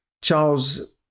Charles